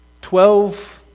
Twelve